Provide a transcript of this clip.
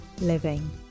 living